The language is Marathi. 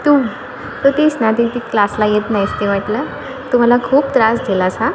तू तर तीच ना ती ती क्लासला येत नाहीस ती म्हटलं तू मला खूप त्रास दिलास हां